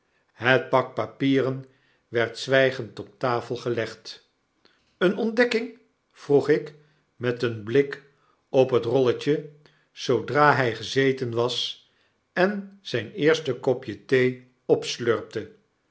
het pak papieren werd zwygend op tafel gelegd eene ontdekking vroeg ik met een blik op het rolletje zoodra hij gezeten was en zfln eerste kopje thee opslurpte